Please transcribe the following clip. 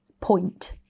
point